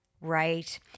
right